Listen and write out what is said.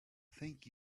thank